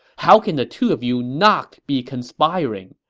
how can the two of you not be conspiring!